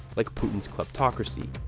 like putin's kleptocracy,